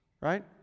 Right